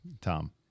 Tom